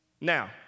Now